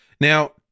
Now